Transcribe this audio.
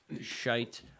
shite